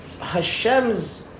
Hashem's